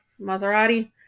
Maserati